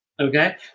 Okay